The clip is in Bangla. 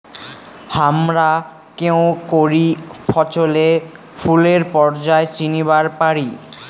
হামরা কেঙকরি ফছলে ফুলের পর্যায় চিনিবার পারি?